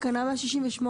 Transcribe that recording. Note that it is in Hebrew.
תקנה 168,